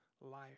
life